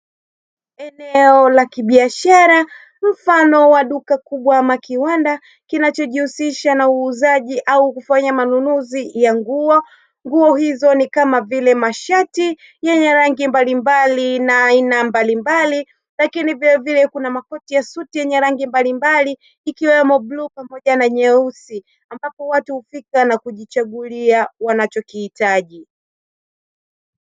Eneo la kibiashara mfano wa duka kubwa ama kiwanda kinachojihusisha na uuzaji au kufanya manunuzi ya nguo, nguo hizo ni kama vile mashati yenye rangi mbalimbali na aina mbalimbali lakini vile vile kuna makoti ya suti yenye rangi mbalimbali ikiwemo bluu, paomja na nyeusi, ambapo watu hufika na kujichagulia wanachokihitaji.